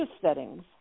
settings